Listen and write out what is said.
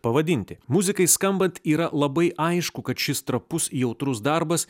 pavadinti muzikai skambant yra labai aišku kad šis trapus jautrus darbas